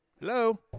Hello